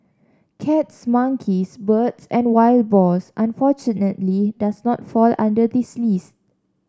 cats monkeys birds and wild boars unfortunately does not fall under this list